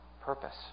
purpose